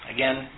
Again